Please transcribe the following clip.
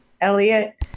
Elliot